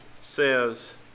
says